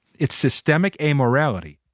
it's systemic, a morality